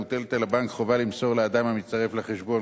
מוטלת על הבנק חובה למסור לאדם המצטרף לחשבון,